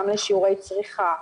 גם לשיעורי צריכה,